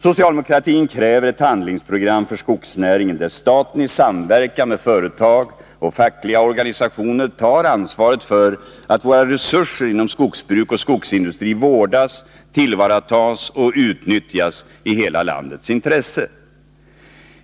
Socialdemokratin kräver ett handlingsprogram för skogsnäringen, där staten i samverkan med företag och statliga organisationer tar ansvaret för att våra resurser inom skogsbruk och skogsindustri vårdas, tillvaratas och utnyttjas i hela landets intresse.